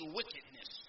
wickedness